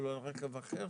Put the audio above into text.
לרכב אחר.